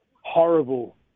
horrible